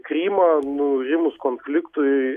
krymą nurimus konfliktui